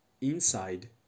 inside